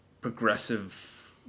progressive